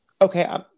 okay